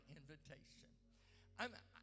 invitation